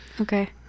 Okay